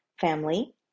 family